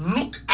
Look